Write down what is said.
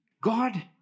God